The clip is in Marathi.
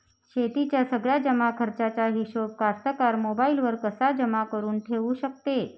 शेतीच्या सगळ्या जमाखर्चाचा हिशोब कास्तकार मोबाईलवर कसा जमा करुन ठेऊ शकते?